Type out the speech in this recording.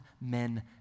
men